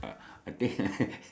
safety safety what